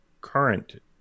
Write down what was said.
current